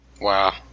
Wow